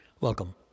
Welcome